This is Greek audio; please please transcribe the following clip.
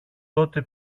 τότε